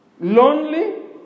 lonely